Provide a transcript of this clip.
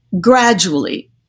gradually